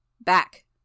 Back